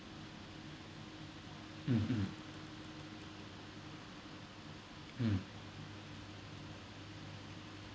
mm mm mm